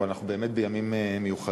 אבל אנחנו באמת בימים מיוחדים,